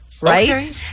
Right